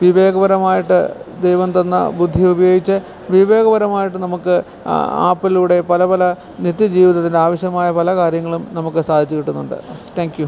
വിവേകപരമായിട്ട് ദൈവം തന്ന ബുദ്ധി ഉപയോഗിച്ച് വിവേകപരമായിട്ട് നമുക്ക് ആപ്പിലൂടെ പലപല നിത്യജീവിതത്തിനാവശ്യമായ പല കാര്യങ്ങളും നമുക്ക് സാധിച്ചു കിട്ടുന്നുണ്ട് താങ്ക് യു